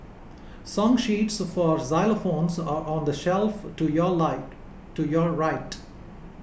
song sheets for xylophones are on the shelf to your light to your right